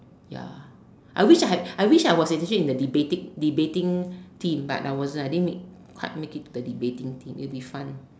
ya I wish I had I wish I was in the debate~ debating team but I wasn't I didn't make quite make it to the debating team it would have been fun